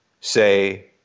say